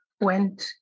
went